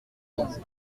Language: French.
cerises